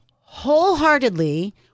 wholeheartedly